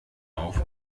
auf